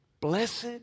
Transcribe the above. Blessed